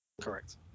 Correct